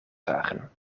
zagen